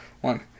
one